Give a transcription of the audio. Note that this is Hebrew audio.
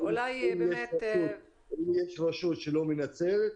אם יש רשות שלא מנצלת,